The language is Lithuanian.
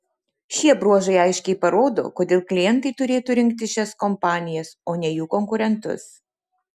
šie bruožai aiškiai parodo kodėl klientai turėtų rinktis šias kompanijas o ne jų konkurentus